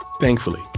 Thankfully